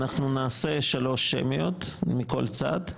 אנחנו נעשה שלוש שמיות מכל צד,